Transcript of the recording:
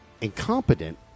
incompetent